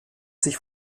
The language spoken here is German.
sich